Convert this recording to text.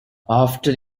after